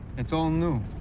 it's all new.